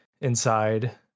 inside